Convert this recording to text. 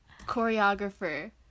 choreographer